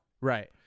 Right